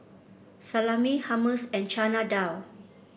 Salami Hummus and Chana Dal